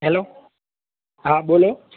hello હા બોલો